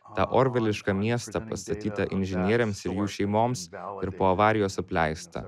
tą orvelišką miestą pastatytą inžinieriams ir jų šeimoms ir po avarijos apleistą